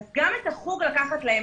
גם את החוג לקחת להם,